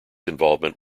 involvement